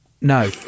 No